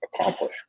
accomplish